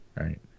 Right